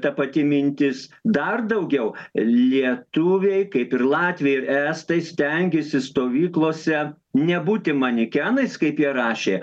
ta pati mintis dar daugiau lietuviai kaip ir latviai estai stengėsi stovyklose nebūti manekenais kaip jie rašė